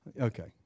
okay